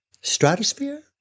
stratosphere